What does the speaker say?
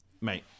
mate